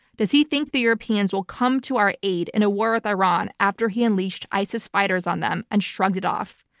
does he think the europeans will come to our aid in a war with iran after he unleashed isis fighters on them and just shrugged it off?